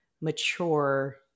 mature